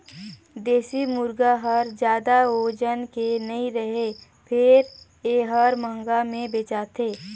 देसी मुरगा हर जादा ओजन के नइ रहें फेर ए हर महंगा में बेचाथे